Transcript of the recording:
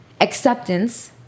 acceptance